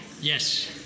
Yes